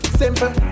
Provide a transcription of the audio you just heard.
simple